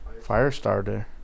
firestarter